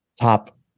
top